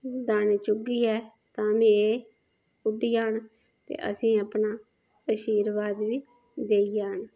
दाने चुग्गी ऐ तां ऐ उड्डी जान ते असेंगी अपना र्शीबाद बी देई जान